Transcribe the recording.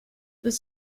this